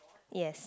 yes